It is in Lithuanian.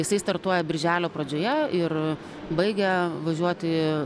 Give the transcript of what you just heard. jisai startuoja birželio pradžioje ir baigia važiuoti